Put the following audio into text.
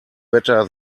better